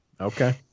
okay